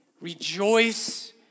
Rejoice